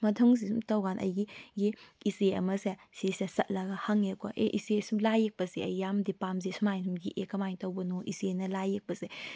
ꯃꯊꯪꯁꯤ ꯁꯨꯝ ꯇꯧ ꯀꯥꯟꯗ ꯑꯩꯒꯤ ꯏꯆꯦ ꯑꯃꯁꯦ ꯁꯤꯁꯦ ꯆꯠꯂꯒ ꯍꯪꯉꯦꯀꯣ ꯑꯦ ꯏꯆꯦꯁꯨ ꯂꯥꯏ ꯌꯦꯛꯄꯁꯦ ꯑꯩ ꯌꯥꯝꯅꯗꯤ ꯄꯥꯝꯖꯩ ꯑꯁꯨꯃꯥꯏꯅꯁꯨꯝ ꯌꯦꯛꯑꯦ ꯀꯃꯥꯏꯅ ꯇꯧꯕꯅꯣ ꯏꯆꯦꯅ ꯂꯥꯏ ꯌꯥꯛꯄꯁꯦ